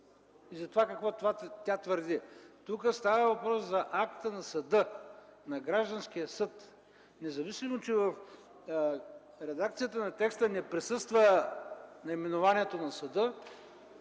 и за това какво тя твърди. Тук става въпрос за акта на съда, на гражданския съд, независимо че в редакцията на текста не присъства наименованието на съда,